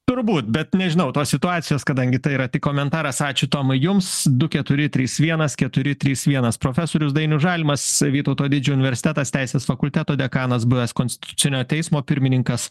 turbūt bet nežinau tos situacijos kadangi tai yra tik komentaras ačiū tomai jums du keturi trys vienas keturi trys vienas profesorius dainius žalimas vytauto didžiojo universitetas teisės fakulteto dekanas buvęs konstitucinio teismo pirmininkas